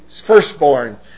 firstborn